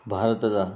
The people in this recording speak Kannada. ಭಾರತದ